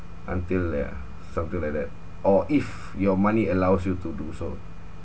until yeah something like that or if your money allows you to do so